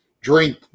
drink